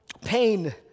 pain